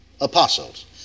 apostles